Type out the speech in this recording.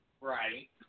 Right